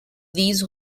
these